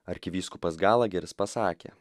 arkivyskupas galaheris pasakė